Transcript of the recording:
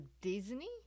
Disney